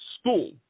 school